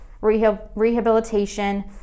rehabilitation